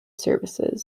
services